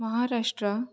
Maharashtra